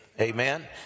amen